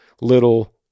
little